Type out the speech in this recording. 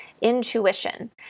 intuition